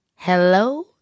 Hello